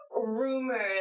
rumors